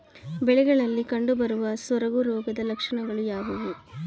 ಬೆಳೆಗಳಲ್ಲಿ ಕಂಡುಬರುವ ಸೊರಗು ರೋಗದ ಲಕ್ಷಣಗಳು ಯಾವುವು?